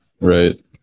Right